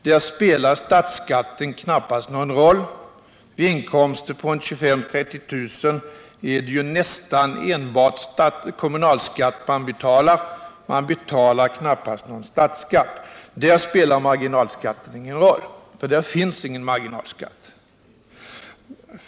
Där spelar statsskatten knappast någon roll. Vid inkomster på 25 000-30 000 betalar man nästan enbart kommunalskatt — man betalar knappast någon statsskatt. Där spelar marginalskatten ingen roll, där finns ingen marginalskatt.